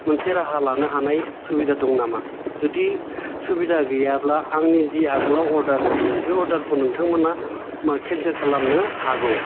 मोनसे राहा लानो हानाय सुबिदा दं नामा जुदि सुबिदा गैयाब्ला आंनि जि आगोलाव अरदार होदोंमोन बे अरदार खाै नोंथांमोना मा केनसेल खालामनो हागौ